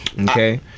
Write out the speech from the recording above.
Okay